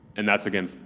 and that's again,